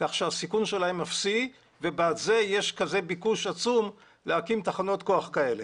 כך שהסיכון שלהם אפסי ובעד זה יש כזה ביקוש עצום להקים תחנות כוח כאלה.